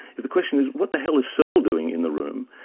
is the question is, what the hell is searle doing in the room,